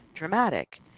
Dramatic